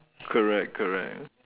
correct correct